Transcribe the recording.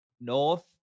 North